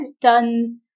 done